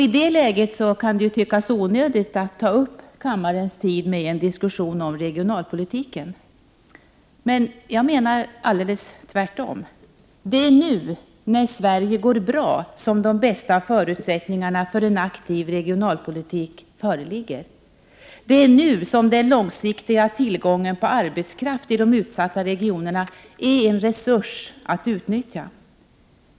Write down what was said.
I detta läge kan det tyckas onödigt att ta upp kammarens tid med en diskussion om regionalpolitiken. Men jag menar alldeles tvärtom. Det är nu, när Sverige går bra, som de bästa förutsättningarna för en aktiv regionalpolitik föreligger. Det är nu som den långsiktiga tillgången på arbetskraft i de utsatta regionerna är en resurs att utnyttja.